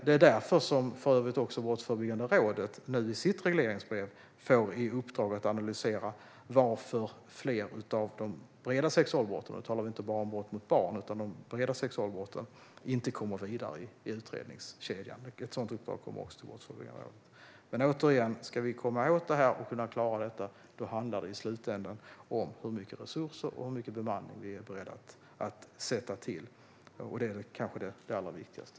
Det är för övrigt även därför som Brottsförebyggande rådet i sitt regleringsbrev nu får i uppdrag att analysera varför fler av de breda sexualbrotten - detta gäller inte bara brott mot barn - inte kommer vidare i utredningskedjan. Ett sådant uppdrag kommer att ges Brottsförebyggande rådet. Om vi ska kunna komma åt detta och klara det handlar det i slutänden om hur mycket resurser och hur mycket bemanning vi är beredda att sätta till, och det är kanske det allra viktigaste.